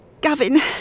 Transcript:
Gavin